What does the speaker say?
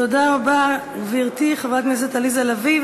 תודה רבה, גברתי, חברת הכנסת עליזה לביא.